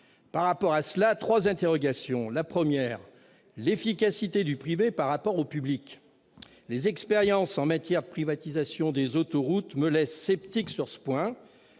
Par rapport à cela, j'ai trois interrogations. La première porte sur l'efficacité du privé par rapport au public. Les expériences en matière de privatisation des autoroutes me laissent sceptique sur ce point.